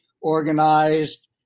organized